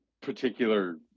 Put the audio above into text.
particular